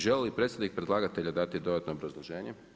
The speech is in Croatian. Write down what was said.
Želi li predstavnik predlagatelja dati dodatno obrazloženje?